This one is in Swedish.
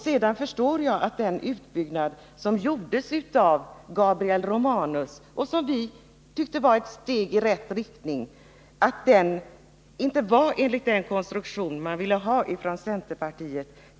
Sedan förstår jag att den utbyggnad som gjordes av Gabriel Romanus och som vi tyckte var ett steg i rätt riktning inte hade den konstruktion som centerpartiet ville ha.